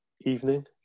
evening